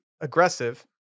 aggressive